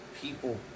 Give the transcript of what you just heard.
People